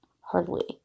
hardly